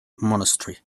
monastery